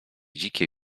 dzikie